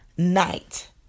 night